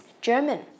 German